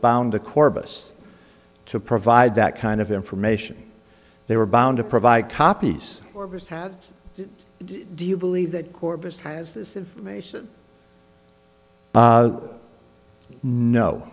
bound to corpus to provide that kind of information they were bound to provide copies or mishaps do you believe that corpus has this information